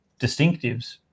distinctives